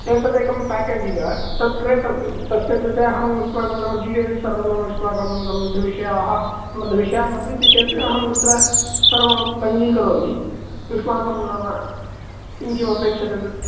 एतदेकं package इव तत् क्रेतव्यं तस्य कृते अहं युष्माकं नाम डीटेल्स् सर्वं नाम युष्माकं सम्बद्धविषयाः सम्बद्धविषयान् वदन्ति चेत् अहं तत्र सर्वमपि पञ्जीकरोमि युष्माकं नाम किं किमपेक्षते